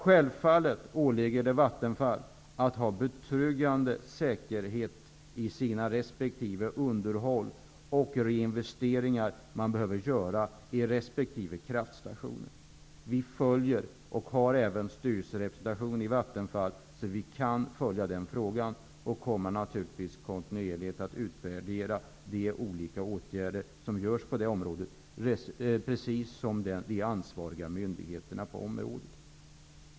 Självfallet åligger det Vattenfall att ha betryggande säkerhet i sina resp. underhåll och reinvesteringar som behöver göras i resp. kraftstation. Vi har styrelserepresentation i Vattenfall och kan därför följa denna fråga. Vi kommer naturligtvis att kontinuerligt utvärdera de olika åtgärder som vidtas på det området, på samma sätt som de ansvariga myndigheterna på området.